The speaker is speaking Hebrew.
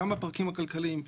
גם בפרקים הכלכליים,